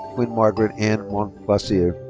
quinn margaret anne monplaisir.